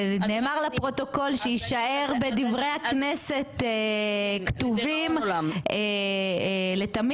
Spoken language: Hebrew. זה נאמר לפרוטוקול שיישאר בדברי הכנסת כתובים לתמיד.